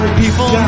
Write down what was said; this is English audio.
people